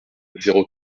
zéro